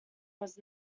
was